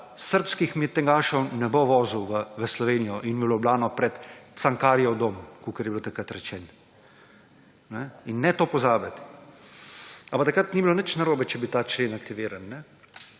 srbskih mitingašov ne bo vozil v Slovenijo in v Ljubljano pred Cankarjev dom, kakor je bilo takrat rečeno. Ne tega pozabiti! Takrat ni bilo nič narobe, če je bil ta člen aktiviran,